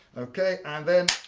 okay, and then